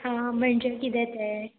हां म्हणजे किदें तें